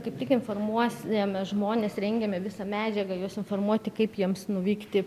kaip tik informuosim žmones rengiame visą medžiagą juos informuoti kaip jiems nuvykti